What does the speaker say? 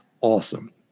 awesome